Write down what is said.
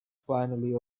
finally